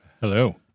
Hello